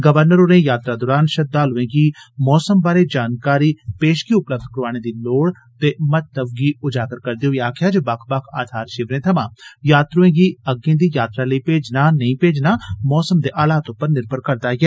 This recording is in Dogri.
गवर्नर होरें यात्रा दौरान श्रद्वालुएं गी मौसम बारै जानकारी पेशगी उपलब्य कराने दी लोड़ ते महत्वै गी उजागर करदे होई आक्खेआ जे बक्ख बक्ख आघार शिविरें थमां यात्रुएं गी अग्गे दी यात्रा लेई भेजना नेई भेजना मौसम दे हालात पर निर्भर करदा ऐ